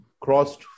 crossed